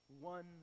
One